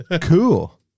Cool